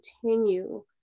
continue